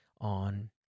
on